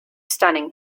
stunning